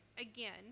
Again